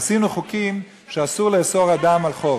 עשינו חוקים שאסור לאסור אדם על חוב.